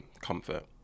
comfort